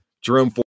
Jerome